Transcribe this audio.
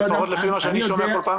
לפחות ממה שאני שומע כל פעם,